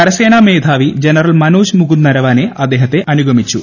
കരസേനാ മേധാവി ജനറൽ മനോജ് മുകുന്ദ് നരവനെ അദ്ദേഹത്തെ അനുഗമിച്ചു